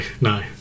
no